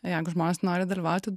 jeigu žmonės nori dalyvauti